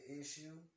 issue